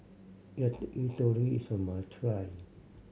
yakitori is a must try